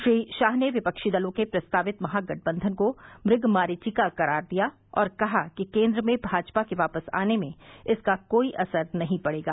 श्री शाह ने विफ्वी दलों के प्रस्तावित महागठबंधन को मृगमरीचिका करार दिया और कहा कि केन्द्र में भाजपा के वापस आने में इसका कोई असर नहीं पड़ेगा